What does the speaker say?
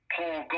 Paul